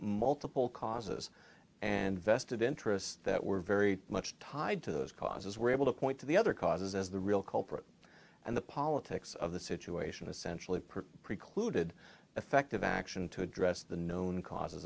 multiple causes and vested interests that were very much tied to those causes were able to point to the other causes as the real culprit and the politics of the situation essentially perc precluded effective action to address the known causes